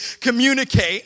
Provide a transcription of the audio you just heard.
communicate